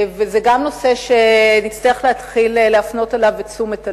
גם זה נושא שנצטרך להתחיל להפנות אליו את תשומת הלב,